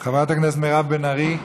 חברת הכנסת מירב בן ארי,